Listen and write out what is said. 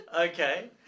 okay